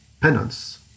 penance